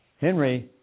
Henry